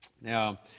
now